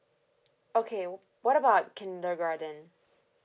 okay what about kindergarten